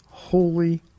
holy